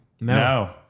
No